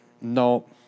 No